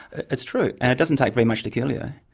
it's true, and it doesn't take very much to kill yeah